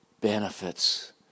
benefits